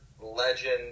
legend